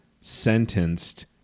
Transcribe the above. sentenced